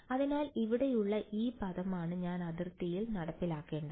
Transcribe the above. അതിനാൽ ഇവിടെയുള്ള ഈ പദമാണ് ഞാൻ അതിർത്തിയിൽ നടപ്പിലാക്കേണ്ടത്